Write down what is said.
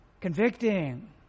convicting